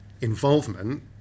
Involvement